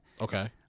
Okay